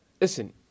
listen